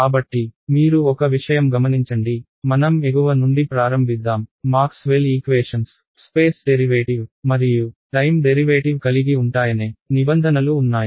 కాబట్టి మీరు ఒక విషయం గమనించండి మనం ఎగువ నుండి ప్రారంభిద్దాం మాక్స్వెల్ ఈక్వేషన్స్ స్పేస్ డెరివేటివ్ మరియు టైమ్ డెరివేటివ్ కలిగి ఉంటాయనే నిబంధనలు ఉన్నాయి